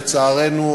לצערנו,